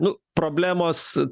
nu problemos